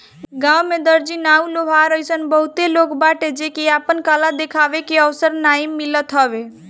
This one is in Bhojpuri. गांव में दर्जी, नाऊ, लोहार अइसन बहुते लोग बाटे जेके आपन कला देखावे के अवसर नाइ मिलत हवे